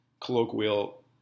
colloquial